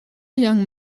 young